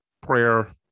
Prayer